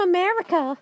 America